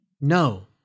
No